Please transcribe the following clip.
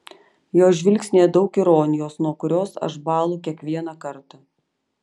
jos žvilgsnyje daug ironijos nuo kurios aš bąlu kiekvieną kartą